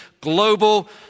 global